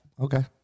Okay